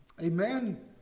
Amen